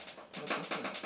the person